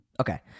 okay